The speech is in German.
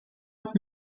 und